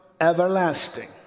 everlasting